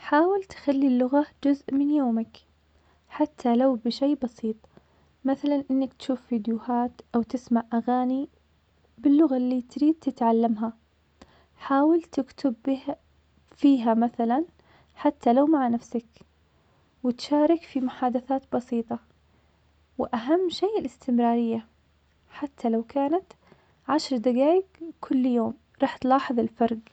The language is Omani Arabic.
حاول تخلي اللغة جزء من يومك, حتى لو بشئ بسيط, مثلا إنك تشوف فدييوهات أو تسمع أغاني باللغة اللي تريد تتعلمها, حاول تكتب به- فيها مثلا حتى لو مع نفسك, وتشارك في محادثات بسيطة. وأهم شئ الإستمرارية, حتى لو كانت عشر دقايق كل يوم, راح تلاحظ الفرق.